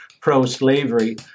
pro-slavery